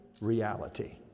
reality